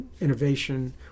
innovation